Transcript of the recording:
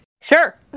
Sure